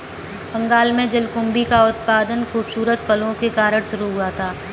बंगाल में जलकुंभी का उत्पादन खूबसूरत फूलों के कारण शुरू हुआ था